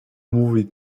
mauvais